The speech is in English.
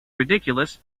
ridiculous